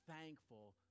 thankful